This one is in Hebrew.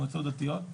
מועצות דתיות,